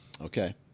Okay